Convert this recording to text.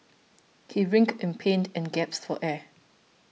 he writhed in pain and gasped for air